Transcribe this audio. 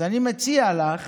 אז אני מציע לך